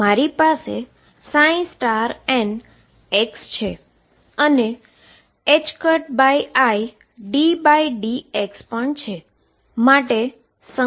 મારી પાસે n છે મારી પાસે iddx છે